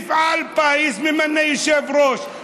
מפעל הפיס ממנה יושב-ראש,